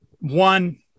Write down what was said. One